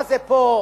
מה זה פה?